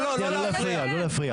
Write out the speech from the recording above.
תנו לי לסיים, לא להפריע לי.